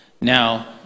Now